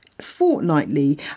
fortnightly